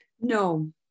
No